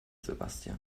sebastian